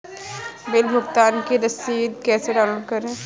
Bill भुगतान की रसीद कैसे डाउनलोड करें?